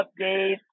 updates